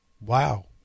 wow